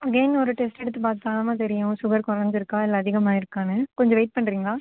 again ஒரு test எடுத்து பார்த்தாதாம்மா தெரியும் ஷுகர் கொறைஞ்சிருக்கா இல்லை அதிகமாயிருக்கான்னு கொஞ்சம் வெய்ட் பண்றீங்களா